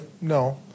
No